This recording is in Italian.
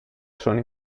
sono